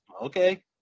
Okay